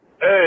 Hey